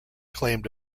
claimed